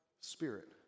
spirit